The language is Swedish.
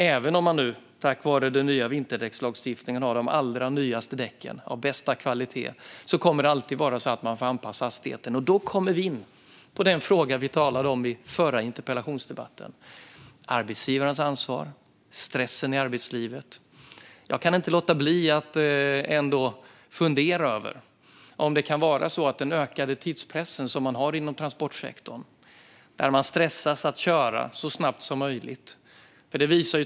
Även om man tack vare den nya vinterdäckslagstiftningen har de allra nyaste däcken av bästa kvalitet kommer man alltid att behöva anpassa hastigheten. Då kommer vi in på den fråga som vi talade om i den förra interpellationsdebatten om arbetsgivarens ansvar och stressen i arbetslivet. Jag kan inte låta bli att ändå fundera över den ökade tidspressen inom transportsektorn. Man stressas att köra så snabbt som möjligt.